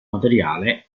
materiale